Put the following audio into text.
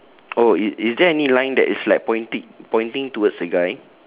oh i~ is there any line that is like pointing pointing towards the guy